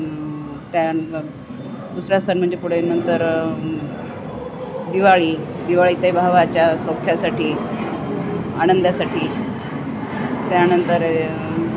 त्या दुसरा सण म्हणजे पुढे नंतर दिवाळी दिवाळी ते भावाच्या सौख्यासाठी आनंदासाठी त्यानंतर